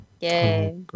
Yay